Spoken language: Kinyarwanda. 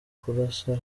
kurasa